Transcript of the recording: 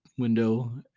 Window